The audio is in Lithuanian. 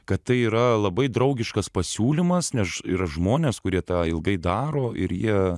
kad tai yra labai draugiškas pasiūlymas nes yra žmonės kurie tą ilgai daro ir jie